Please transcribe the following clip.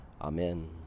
Amen